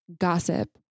gossip